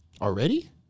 Already